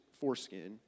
foreskin